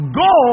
go